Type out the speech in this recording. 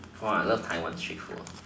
wow I love taiwan trips too